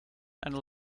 and